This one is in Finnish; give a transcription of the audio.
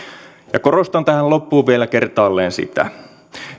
korostan tähän loppuun vielä kertaalleen sitä